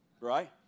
right